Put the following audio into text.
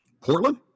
Portland